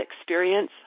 experience